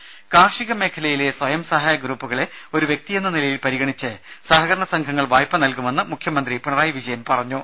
രുമ കാർഷിക മേഖലയിലെ സ്വയംസഹായ ഗ്രൂപ്പുകളെ ഒരു വ്യക്തിയെന്ന നിലയിൽ പരിഗണിച്ച് സഹകരണ സംഘങ്ങൾ വായ്പ നൽകുമെന്നു മുഖ്യമന്ത്രി പിണറായി വിജയൻ പറഞ്ഞു